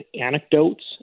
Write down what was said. anecdotes